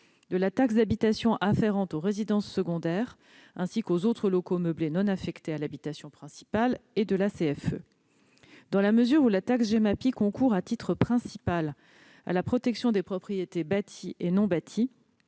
de la taxe d'habitation afférente aux résidences secondaires, ainsi qu'aux autres locaux meublés non affectés à l'habitation principale, et de la CFE. Dans la mesure où la taxe Gemapi concourt, à titre principal, à la protection des propriétés bâties et non bâties,